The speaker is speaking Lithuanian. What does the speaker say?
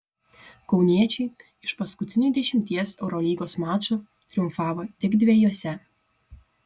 kauniečiai iš paskutinių dešimties eurolygos mačų triumfavo tik dviejuose